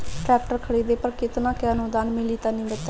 Tractor खरीदे पर कितना के अनुदान मिली तनि बताई?